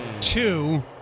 Two